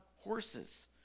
horses